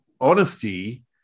honesty